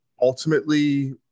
ultimately